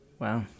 Wow